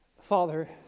Father